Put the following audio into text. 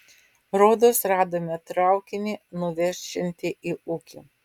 rodos radome traukinį nuvešiantį į ūkį